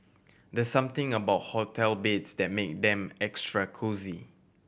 there something about hotel beds that make them extra cosy